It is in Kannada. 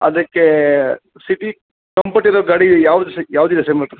ಅದಕ್ಕೆ ಸಿಟಿ ಕಂಫರ್ಟ್ ಇರೋ ಗಾಡಿ ಯಾವುದು ಯಾವುದಿದೆ ಸರ್ ನಿಮ್ಮ ಹತ್ರ